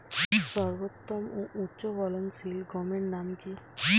সর্বোত্তম ও উচ্চ ফলনশীল গমের নাম কি?